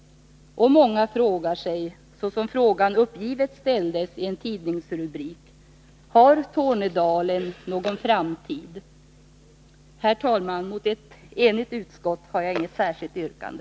Och många instämmer i den fråga som uppgivet ställdes i en tidningsrubrik: ”Har Tornedalen någon framtid?” Herr talman! Mot ett enigt utskott har jag inget särskilt yrkande.